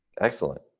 Excellent